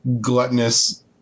gluttonous